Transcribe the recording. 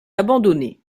abandonnée